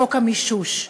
חוק המישוש.